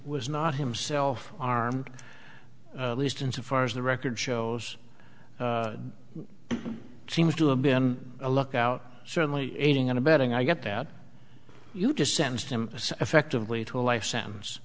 was not himself armed least insofar as the record shows seems to have been a lookout certainly aiding and abetting i get that you just send him effectively to a life sentence